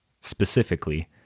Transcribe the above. specifically